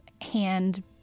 hand